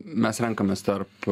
mes renkamės tarp